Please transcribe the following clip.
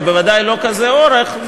ובוודאי לא בכזה אורך,